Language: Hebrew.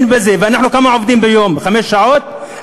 כמה אנחנו עובדים ביום, חמש שעות?